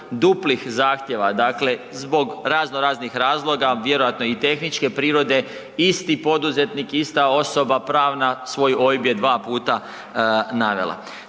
duplih zahtjeva, dakle zbog razno raznih razloga, vjerojatno i tehničke prirode, isti poduzetnik, ista osoba pravna svoj OIB je dva puta navela.